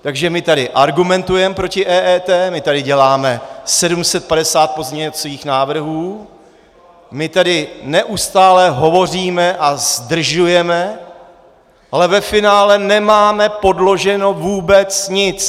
Takže my tady argumentujeme proti EET, my tady děláme 750 pozměňovacích návrhů, my tady neustále hovoříme a zdržujeme, ale ve finále nemáme podloženo vůbec nic!